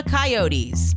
Coyotes